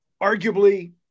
arguably